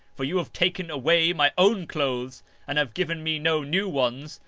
for you have taken away my own clothes and have given me no new ones,